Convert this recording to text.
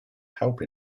help